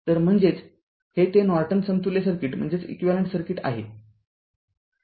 तरम्हणजेचहे ते नॉर्टन समतुल्य सर्किट आहे